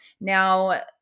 Now